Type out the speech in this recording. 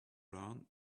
learn